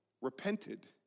repented